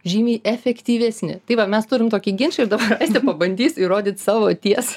žymiai efektyvesni tai va mes turim tokį ginčą ir dabar aistė pabandys įrodyt savo ties